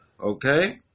okay